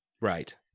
right